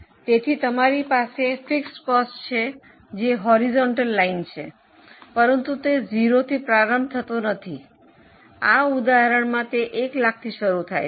તેથી તમારી પાસે સ્થિર ખર્ચ છે જે હોરિઝોન્ટલ લાઇન છે પરંતુ તે 0 થી પ્રારંભ થતો નથી આ ઉદાહરણમાં 1 લાખથી શરૂ થાય છે